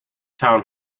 town